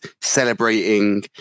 celebrating